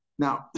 Now